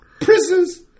Prisons